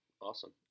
Awesome